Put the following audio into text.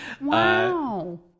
wow